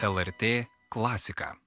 lrt klasika